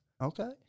Okay